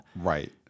Right